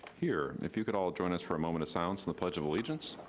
here. if you could all join us for a moment of silence and the pledge of allegiance.